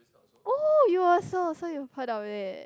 oh you also so you heard of it